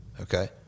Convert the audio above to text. Okay